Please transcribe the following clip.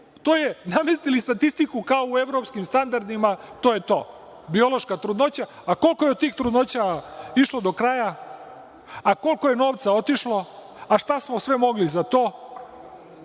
namestili statistiku kao u evropskim standardima i to je to – biološka trudnoća, a koliko je od tih trudnoća išlo do kraja, a koliko je novca otišlo, a šta smo sve mogli za to,